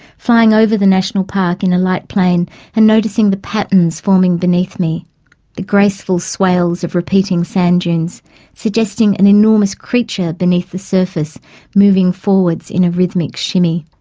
flying over the national park in a light plane and noticing the patterns forming beneath me the graceful swales of repeating sand dunes suggesting an enormous creature beneath the surface moving forwards in a rhythmic shimmy.